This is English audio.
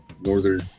Northern